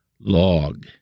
Log